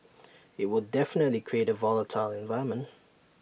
IT would definitely create A volatile environment